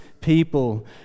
people